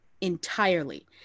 entirely